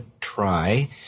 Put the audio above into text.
try